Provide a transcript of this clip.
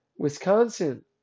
Wisconsin